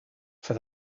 for